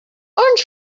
orange